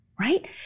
Right